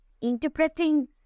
interpreting